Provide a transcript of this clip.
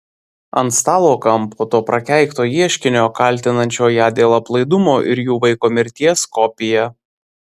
ant stalo kampo to prakeikto ieškinio kaltinančio ją dėl aplaidumo ir jų vaiko mirties kopija